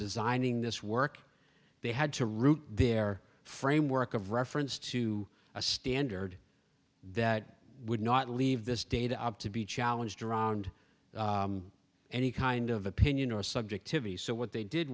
designing this work they had to route their framework of reference to a standard that would not leave this data up to be challenged around any kind of opinion or subjectivity so what they did